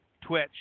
Twitch